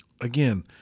Again